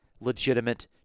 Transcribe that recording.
legitimate